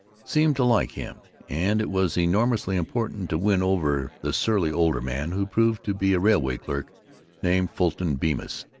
seemed to like him and it was enormously important to win over the surly older man, who proved to be a railway clerk named fulton bemis.